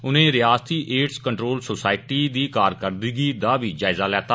उनें रयासती AIDS control society दी कारकरदगी दा बी जायजा लैता